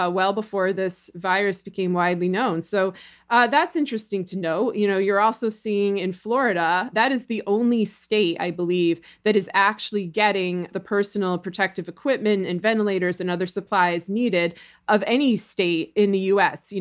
ah well before this virus became widely known. so that's interesting to note. you know you're also seeing in florida, that is the only state i believe that is actually getting the personal protective equipment and ventilators and other supplies needed of any state in the us.